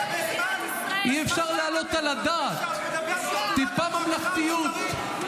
מה עם הצפון, כל תושבי הצפון.